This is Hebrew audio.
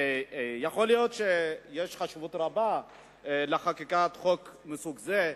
יכול להיות שיש חשיבות רבה לחקיקת חוק מסוג זה,